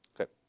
Okay